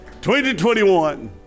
2021